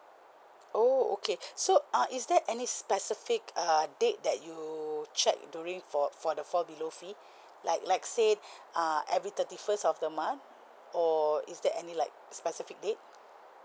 oh okay so uh is there any specific err date that you check during for for the fall below fee like like say uh every thirty first of the month or is there any like specific date